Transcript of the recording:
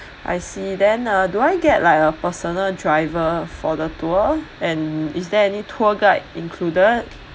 I see then uh do I get like a personal driver for the tour and is there any tour guide included